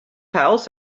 pals